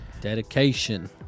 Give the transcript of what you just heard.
Dedication